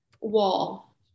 wall